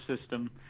system